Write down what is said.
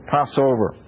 Passover